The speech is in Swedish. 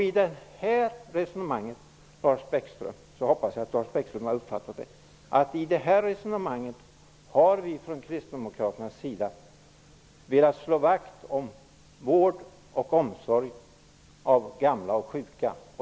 Jag hoppas att Lars Bäckström har uppfattat resonemanget, att vi från kristdemokraternas sida har velat slå vakt om vård och omsorg för gamla och sjuka.